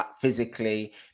physically